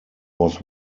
was